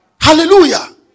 Hallelujah